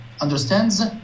understands